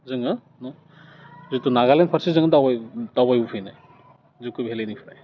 जोङो जितु नागालेण्ड फारसे जों दावबाय दावबायबोफिनो जुक' भेलिनिफ्राय